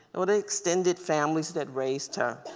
or the extended families that raised her.